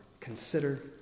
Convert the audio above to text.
Consider